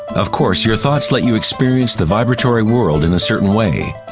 of course your thoughts let you experience the vibratory world in a certain way,